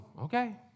okay